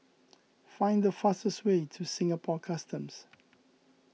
find the fastest way to Singapore Customs